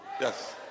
Yes